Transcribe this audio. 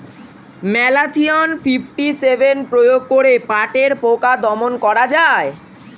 Malathion fifty seven প্রয়োগ করে পাটের পোকা দমন করা যায়?